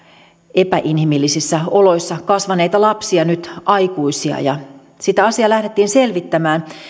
epäinhimillisissä oloissa kasvaneita lapsia nyt aikuisia ja sitä asiaa lähdettiin selvittämään